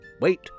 Wait